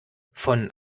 von